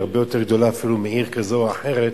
הרבה יותר גדולה אפילו מעיר כזאת או אחרת,